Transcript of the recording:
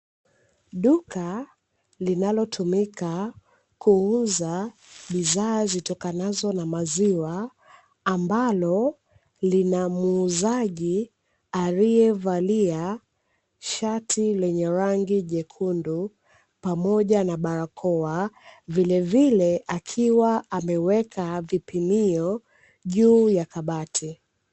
Duka linalotumika kuuza bidhaa zitokanazo na maziwa ambalo lina muuzaji aliyevalia shati lenye rangi nyekundu pamoja na barakoa, vilevile akiwa ameweka vipimio juu ya kabati.